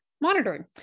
monitoring